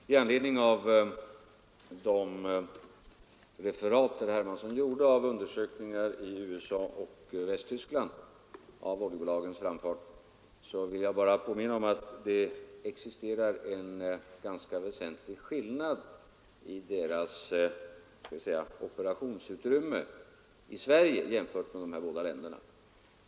Herr talman! I anledning av de referat herr Hermansson gjorde av undersökningar i USA och Västtyskland om oljebolagens framfart vill jag bara påminna om att det existerar en ganska väsentlig skillnad i deras operationsutrymme i Sverige jämfört med i dessa båda länder.